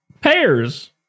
pears